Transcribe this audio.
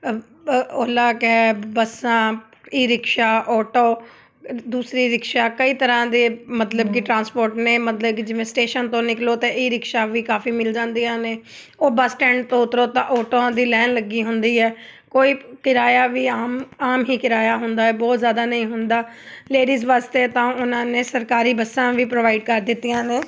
Ola cab ਬੱਸਾਂ e rickshaw auto ਦੂਸਰੀ rickshaw ਕਈ ਤਰ੍ਹਾਂ ਦੇ ਮਤਲਬ ਕਿ ਟਰਾਂਸਪੋਰਟ ਨੇ ਮਤਲਬ ਕਿ ਜਿਵੇਂ ਸਟੇਸ਼ਨ ਤੋਂ ਨਿਕਲੋ ਅਤੇ ਈ ਰਿਕਸ਼ਾ ਵੀ ਕਾਫ਼ੀ ਮਿਲ ਜਾਂਦੀਆਂ ਨੇ ਉਹ ਬੱਸ ਸਟੈਂਡ ਤੋਂ ਉਤਰੋ ਤਾਂ ਓਟੋਆਂ ਦੀ ਲਾਇਨ ਲੱਗੀ ਹੁੰਦੀ ਹੈ ਕੋਈ ਕਿਰਾਇਆ ਵੀ ਆਮ ਆਮ ਹੀ ਕਿਰਾਇਆ ਹੁੰਦਾ ਹੈ ਬਹੁਤ ਜ਼ਿਆਦਾ ਨਹੀਂ ਹੁੰਦਾ ਲੇਡੀਜ਼ ਵਾਸਤੇ ਤਾਂ ਉਹਨਾਂ ਨੇ ਸਰਕਾਰੀ ਬੱਸਾਂ ਵੀ ਪ੍ਰੋਵਾਈਡ ਕਰ ਦਿੱਤੀਆਂ ਨੇ